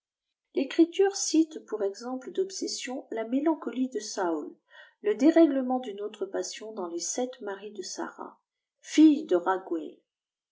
l'écnture cite pour exemples d'obsessions la mélancolie de sa le dérèglement d'une autre passion ûmss tes jbpr lêmtà de sinra fille de raguel